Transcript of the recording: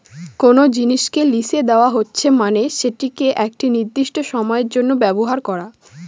কোনো জিনিসকে লিসে দেওয়া হচ্ছে মানে সেটাকে একটি নির্দিষ্ট সময়ের জন্য ব্যবহার করা